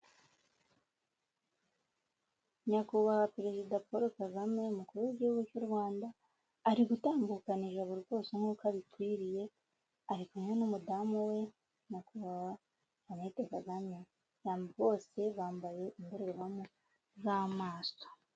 Nyakubahwa perezida Paul Kagame, umukuru w'igihugu cy'u Rwanda, ari gutambukana ijabo rwose nk'uko abikwiriye, ari kumwe n'umudamu we nyakubahwa Jeannette Kagame bose bambaye indorerwamo z'amaso.